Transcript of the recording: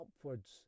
upwards